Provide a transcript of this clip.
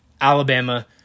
Alabama